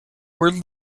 where